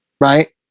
right